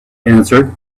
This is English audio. answered